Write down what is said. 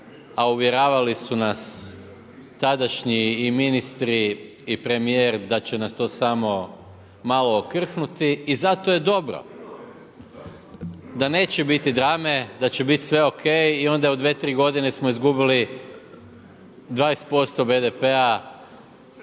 a uvjeravali su nas tadašnji i ministri i premijer da će nas to samo malo okrhnuti. I zato je dobro da neće biti drame, da će biti sve OK i onda u 2, 3 godine smo izgubili 20% BDP-a